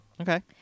Okay